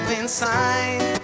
inside